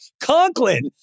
Conklin